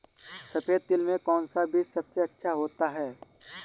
सफेद तिल में कौन सा बीज सबसे अच्छा होता है?